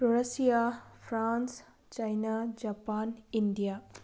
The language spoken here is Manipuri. Russia France China Japan India